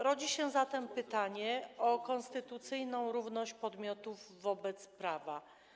Rodzi się zatem pytanie o konstytucyjną równość podmiotów wobec prawa.